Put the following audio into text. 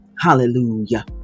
Hallelujah